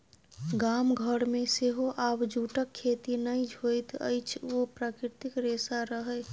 गाम घरमे सेहो आब जूटक खेती नहि होइत अछि ओ प्राकृतिक रेशा रहय